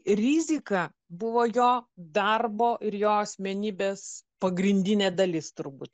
rizika buvo jo darbo ir jo asmenybės pagrindinė dalis turbūt